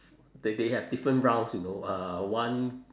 they they have different rounds you know uh one